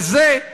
על זה,